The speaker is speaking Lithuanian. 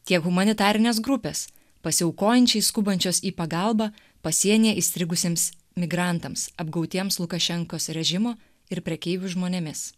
tiek humanitarinės grupės pasiaukojančiai skubančios į pagalbą pasienyje įstrigusiems migrantams apgautiems lukašenkos režimo ir prekeivių žmonėmis